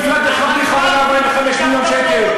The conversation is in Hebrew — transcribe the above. נפלט לך בלי כוונה: 45 מיליון שקל.